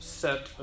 set